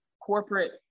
corporate